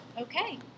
okay